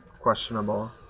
questionable